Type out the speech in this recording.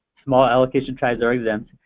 small allocation tribes are exempt.